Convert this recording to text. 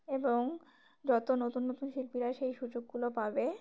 এবং যত নতুন নতুন শিল্পীরা সেই সুযোগগুলো পাবে